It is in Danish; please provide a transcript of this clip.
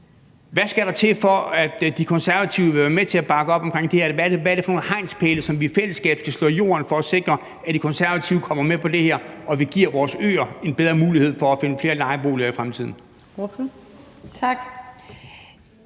Hvad skal der til, for at De Konservative vil være med til at bakke op om det her? Hvad er det for nogle hegnspæle, som vi i fællesskab skal slå i jorden for at sikre, at De Konservative kommer med på det her, og vi giver vores øer en bedre mulighed for at finde flere lejeboliger i fremtiden?